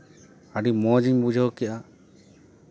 ᱟᱹᱰᱤ ᱢᱚᱡᱽ ᱤᱧ ᱵᱩᱡᱷᱟᱹᱣ ᱠᱮᱜᱼᱟ